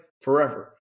forever